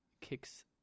kicks